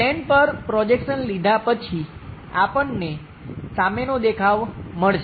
plane પર projection લીધા પછી આપણને સામેનો દેખાવ મળશે